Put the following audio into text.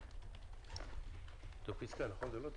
לא היית